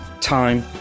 time